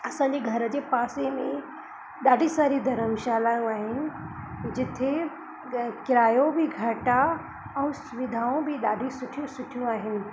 असांजे घर जे पासे में ॾाढी सारी धर्मशालाऊं आहिनि जिथे क किरायो बि घटि आहे ऐं सुविधाऊं बि ॾाढी सुठियूं सुठियूं आहिनि